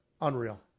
Unreal